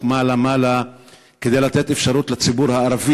מעלה-מעלה כדי לתת אפשרות לציבור הערבי,